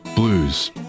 Blues